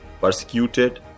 persecuted